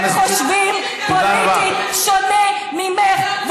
שהם חושבים פוליטית שונה ממך.